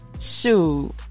Shoot